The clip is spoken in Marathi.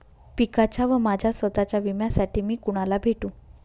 पिकाच्या व माझ्या स्वत:च्या विम्यासाठी मी कुणाला भेटू?